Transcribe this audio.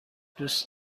دوست